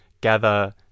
gather